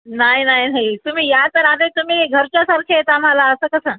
नाही नाही नाही तुम्ही या तर आता तुम्ही घरच्यासारखेच आम्हाला असं कसं